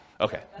Okay